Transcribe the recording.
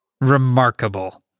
remarkable